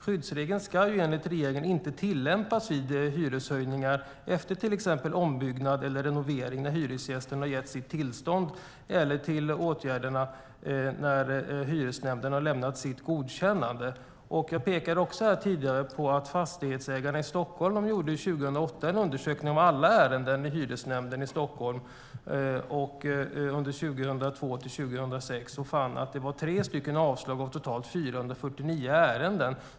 Skyddsregeln ska enligt regeringen inte tillämpas vid hyreshöjningar efter till exempel ombyggnad eller renovering när hyresgästen har gett sitt tillstånd eller när Hyresnämnden har lämnat sitt godkännande. Jag pekade tidigare på att Fastighetsägarna i Stockholm 2008 gjorde en undersökning av alla ärenden i Hyresnämnden i Stockholm under 2002-2006 och fann att det var tre avslag av totalt 449 ärenden.